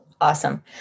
Awesome